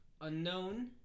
Unknown